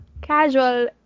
casual